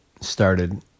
started